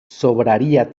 sobraría